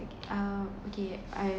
okay uh okay I